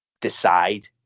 Decide